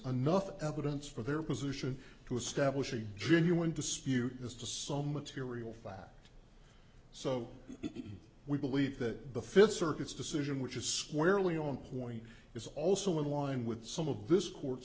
enough evidence for their position to establish a genuine dispute as to so material fact so if we believe that the fifth circuits decision which is squarely on point is also in line with some of this court